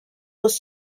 was